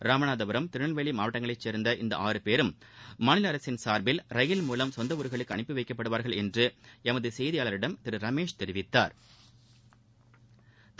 ராமநாதபுரம் திருநெல்வேலி மாவட்டங்களைச் சேர்ந்த இந்த ஆறு பேரும் மாநில அரசின் சார்பில் ரயில் மூலம் சொந்த ஊர்களுக்கு அனுப்பி வைக்கப்படுவார்கள் என்று எமது செய்தியாளரிடம் திரு ரமேஷ் தெரிவித்தாா்